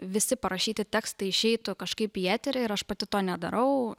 visi parašyti tekstai išeitų kažkaip į eterį ir aš pati to nedarau